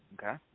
Okay